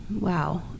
wow